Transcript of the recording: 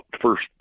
first